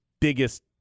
biggest